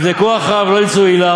יבדקו אחריו ולא ימצאו עילה,